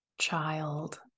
child